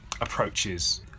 approaches